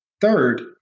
Third